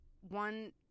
one